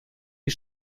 die